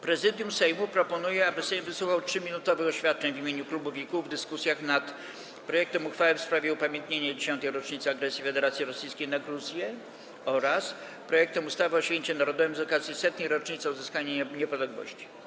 Prezydium Sejmu proponuje, aby Sejm wysłuchał 3-minutowych oświadczeń w imieniu klubów i kół w dyskusjach nad projektem uchwały w sprawie upamiętnienia 10. rocznicy agresji Federacji Rosyjskiej na Gruzję oraz projektem ustawy o Święcie Narodowym z okazji 100. Rocznicy Odzyskania Niepodległości.